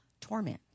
torment